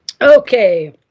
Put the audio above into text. Okay